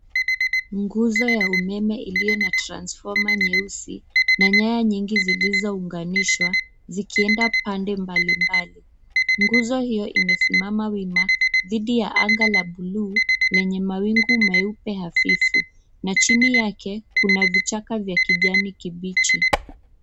Nguzo ya umeme iliyo na transfoma nyeusi na nyaya nyingi zilizounganishwa zikienda pande mbalimbali. Nguzo hiyo imesimama wima dhidi ya anga la buluu lenye mawingu meupe hafifu na chini yake kuna vichaka vya kijani kibichi.